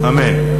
אמן.